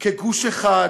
כגוש אחד,